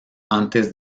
antes